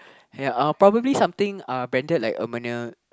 ya uh probably something uh branded like